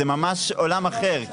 זה ממש עולם אחר.